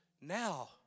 Now